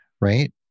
right